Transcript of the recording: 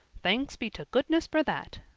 thanks be to goodness for that,